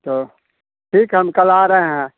तो ठीक है हम कल आ रहें हैं